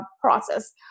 process